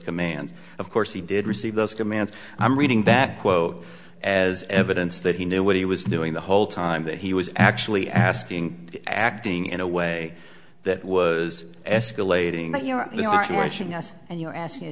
commands of course he did receive those commands i'm reading that quote as evidence that he knew what he was doing the whole time that he was actually asking acting in a way that was escalating that you